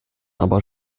aber